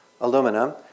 aluminum